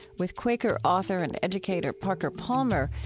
with quaker author and educator parker palmer,